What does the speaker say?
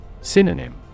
Synonym